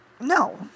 No